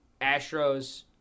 Astros